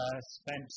spent